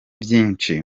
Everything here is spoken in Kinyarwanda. byinshi